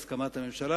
בהסכמת הממשלה,